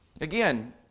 Again